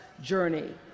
journey